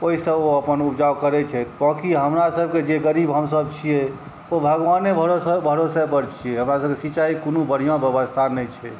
ओहिसँ ओ अपन उपजा करै छथि बाकी हमरासबके जे गरीब हमसब छिए ओ भगवाने भरोसेपर छिए कि हमरासबके सिँचाइके कोनो बढ़िआँ बेबस्था नहि छै